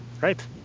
right